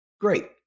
great